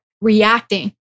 reacting